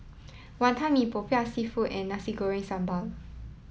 Wantan Mee Popiah Seafood and Nasi Goreng Sambal